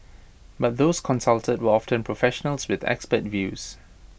but those consulted were often professionals with expert views